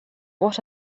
what